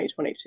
2022